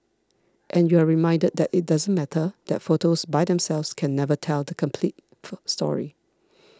and you are reminded that it doesn't matter that photos by themselves can never tell the complete full story